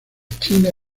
china